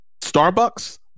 starbucks